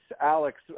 Alex